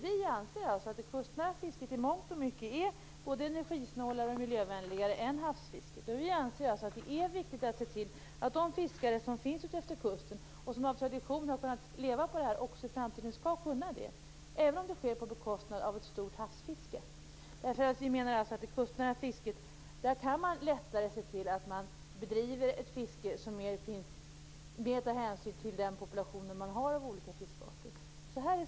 Vi anser alltså att det kustnära fisket i mångt och mycket är både energisnålare och miljövänligare än havsfisket. Det är viktigt att se till att de fiskare som finns utefter kusten och som av tradition har kunnat leva på det här också i framtiden skall kunna det, även om det sker på bekostnad av havsfisket. I det kustnära fisket är det lättare att bedriva ett fiske där man tar mer hänsyn till den population av olika fiskarter som finns.